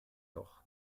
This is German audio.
doch